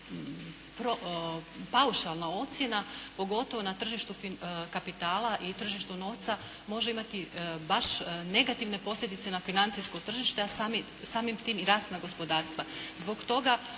paušalna ocjena pogotovo na tržištu kapitala i tržištu novca može imati baš negativne posljedice na financijsko tržište, a samim tim i rasna gospodarstva.